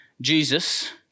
Jesus